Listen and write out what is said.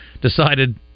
decided